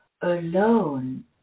alone